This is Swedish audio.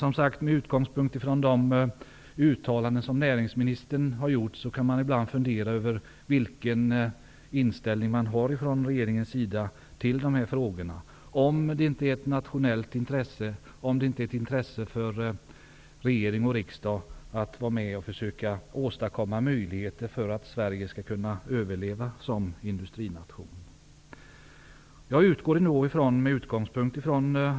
Med utgångspunkt i de uttalanden som näringsministern har gjort kan man ibland fundera över vilken inställning regeringen har till dessa frågor. Finns det inte ett nationellt intresse och ett intresse från regering och riksdag att vara med att försöka åstadkomma möjligheter för Sverige att överleva som industrination?